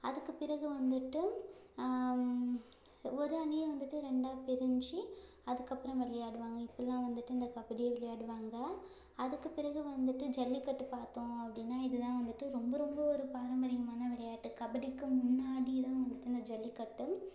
அதுக்குப் பிறகு வந்துட்டு ஒரு அணியை வந்துட்டு ரெண்டாக பிரிஞ்சு அதுக்கப்புறம் விளையாடுவாங்க இப்படில்லாம் வந்துட்டு இந்தக் கபடியை விளையாடுவாங்கள் அதுக்குப் பிறகு வந்துட்டு ஜல்லிக்கட்டுப் பார்த்தோம் அப்ப்படினா இதுதான் வந்துட்டு ரொம்ப ரொம்ப ஒரு பாரம்பரியமான விளையாட்டு கபடிக்கு முன்னாடிதான் வந்துட்டு தான் இந்த ஜல்லிக்கட்டு